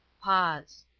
pause.